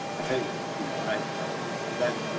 hey, you know, i that